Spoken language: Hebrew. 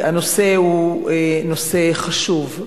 הנושא הוא נושא חשוב.